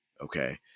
Okay